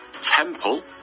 Temple